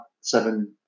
seven